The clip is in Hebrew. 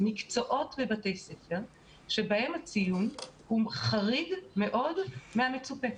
מקצועות בבתי ספר שבהם הציון הוא חריג מאוד ביחס למצופה.